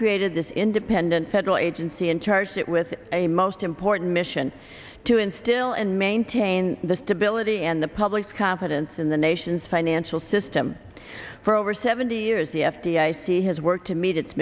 created this independent federal agency in charge that with a most important mission to instill and maintain the stability and the public's confidence in the nation's financial system for over seventy years the f d i c has worked to meet it